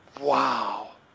wow